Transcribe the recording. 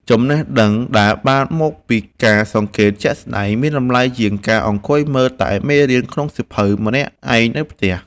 ចំណេះដឹងដែលបានមកពីការសង្កេតជាក់ស្តែងមានតម្លៃជាងការអង្គុយមើលតែមេរៀនក្នុងសៀវភៅម្នាក់ឯងនៅផ្ទះ។